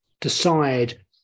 decide